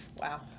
Wow